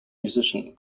musician